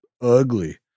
ugly